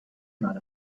not